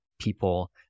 people